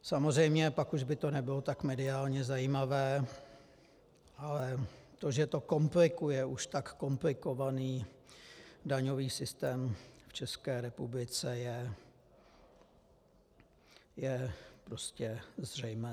Samozřejmě pak už by to nebylo tak mediálně zajímavé, ale to, že to komplikuje už tak komplikovaný daňový systém v České republice, je prostě zřejmé.